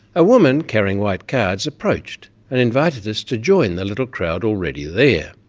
a woman carrying white cards approached and invited us to join the little crowd already there.